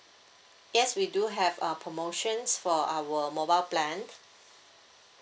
yes we do have uh promotions for our mobile plan